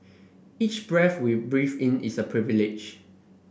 each breath we breathe in is a privilege